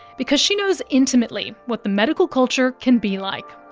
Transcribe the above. because she knows intimately what the medical culture can be like.